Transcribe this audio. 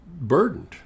burdened